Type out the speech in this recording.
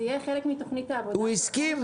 זה יהיה חלק מתוכנית העבודה --- הוא הסכים?